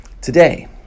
Today